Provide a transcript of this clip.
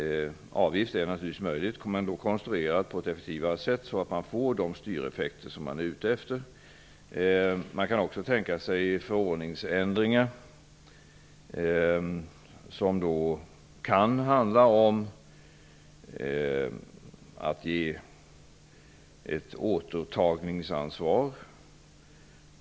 Avgifter är naturligtvis möjligt, men de måste då vara konstruerade på ett effektivare sätt, så att man får de styreffekter som man är ute efter. Man kan också tänka sig förordningsändringar, som kan röra sig om att införa ett återtagningsansvar.